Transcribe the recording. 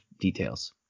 details